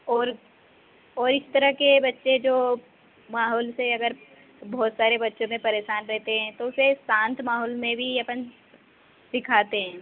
और और इस तरह के बच्चे जो माहौल से अगर बहुत सारे बच्चे परेशान रहते हैं तो उसे शांत माहौल में भी अपन सिखाते हैं